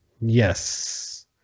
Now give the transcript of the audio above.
Yes